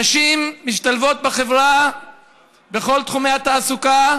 נשים משתלבות בחברה בכל תחומי התעסוקה,